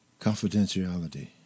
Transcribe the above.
confidentiality